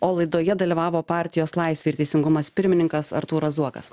o laidoje dalyvavo partijos laisvė ir teisingumas pirmininkas artūras zuokas